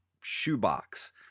shoebox